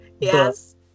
Yes